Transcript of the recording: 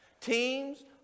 Teams